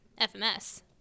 FMS